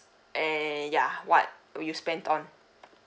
and ya what were you spend on